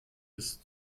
ist